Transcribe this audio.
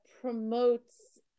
promotes